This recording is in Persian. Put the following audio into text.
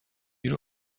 گیر